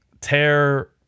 tear